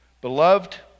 Beloved